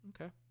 Okay